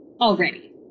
already